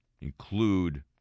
include